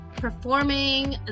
performing